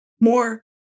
more